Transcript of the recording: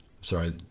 sorry